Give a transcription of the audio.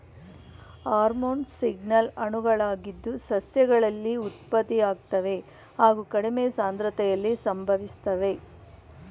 hormone signal ಅಣುಗಳಾಗಿದ್ದು ಸಸ್ಯಗಳಲ್ಲಿ ಉತ್ಪತ್ತಿಯಾಗ್ತವೆ ಹಾಗು ಕಡಿಮೆ ಸಾಂದ್ರತೆಲಿ ಸಂಭವಿಸ್ತವೆ